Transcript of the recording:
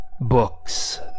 books